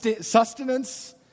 sustenance